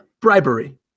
Bribery